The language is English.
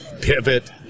pivot